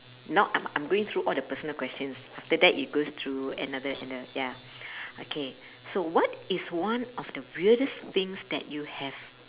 not I'm I'm going through all the personal questions after that it goes through another ano~ ya okay so what is one the weirdest things that you have